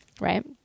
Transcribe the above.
right